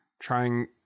trying